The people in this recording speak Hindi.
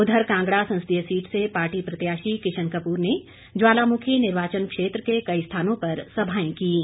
उधर कांगड़ा संसदीय सीट से पार्टी प्रत्याशी किशन कपूर ने ज्वालामुखी निर्वाचन क्षेत्र के कई स्थानों पर कई सभाएं कीं